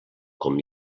com